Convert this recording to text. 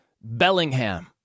Bellingham